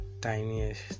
tiniest